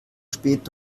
spät